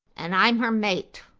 and i'm her mate,